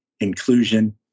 inclusion